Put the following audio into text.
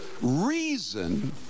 reason